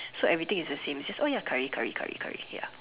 so everything is the same it's just oh ya curry curry curry curry ya